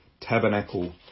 tabernacle